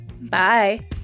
Bye